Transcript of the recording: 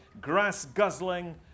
grass-guzzling